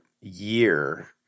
year